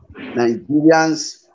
Nigerians